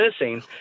missing